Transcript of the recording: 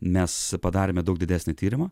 mes padarėme daug didesnį tyrimą